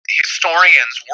historians